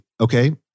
okay